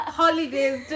holidays